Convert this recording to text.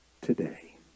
today